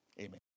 Amen